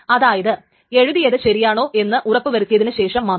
അതായത് എഴുതിയത് ശരിയാണോ എന്ന് ഉറപ്പുവരുത്തിയതിനു ശേഷം മാത്രം